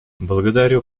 благодарю